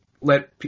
let